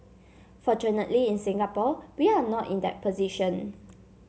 fortunately in Singapore we are not in that position